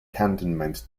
cantonment